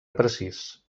precís